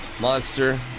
Monster